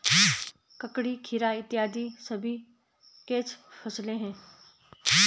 ककड़ी, खीरा इत्यादि सभी कैच फसलें हैं